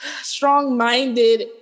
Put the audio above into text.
strong-minded